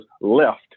left